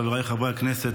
חבריי חברי הכנסת,